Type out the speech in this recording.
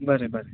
बरे बरे